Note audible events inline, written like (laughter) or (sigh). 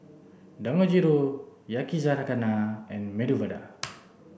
Dangojiru Yakizakana and Medu Vada (noise)